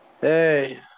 Hey